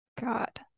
God